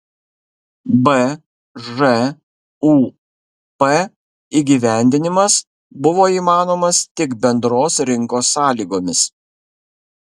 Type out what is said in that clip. bžūp įgyvendinimas buvo įmanomas tik bendros rinkos sąlygomis